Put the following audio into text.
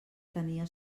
tenia